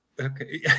Okay